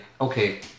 okay